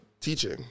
teaching